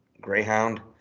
Greyhound